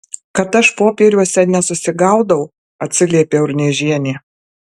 kad aš popieriuose nesusigaudau atsiliepė urniežienė